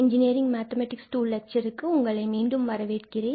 engineering mathematics 2 லெட்சருக்கு உங்களை மீண்டும் வரவேற்கிறேன்